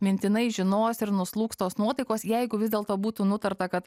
mintinai žinos ir nuslūgs tos nuotaikos jeigu vis dėlto būtų nutarta kad